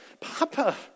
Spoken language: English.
Papa